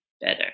better